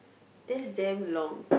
that's damn long